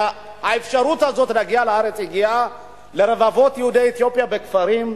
האפשרות הזאת להגיע לארץ הגיעה לרבבות יהודי אתיופיה בכפרים.